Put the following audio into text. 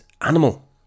Animal